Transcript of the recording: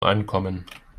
ankommen